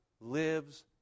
lives